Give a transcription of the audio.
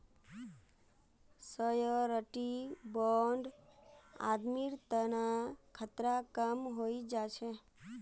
surety bond आदमीर तना खतरा कम हई जा छेक